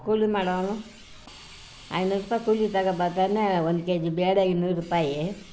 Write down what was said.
ಕೂಲಿ ಮಾಡೋನು ಐನೂರು ರೂಪಾಯಿ ಕೂಲಿ ಇದ್ದಾಗ ಬರ್ತಾನೆ ಒಂದು ಕೆಜಿ ಬೇಳೆ ಇನ್ನೂರು ರೂಪಾಯಿ